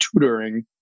tutoring